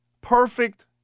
perfect